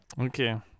Okay